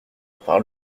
par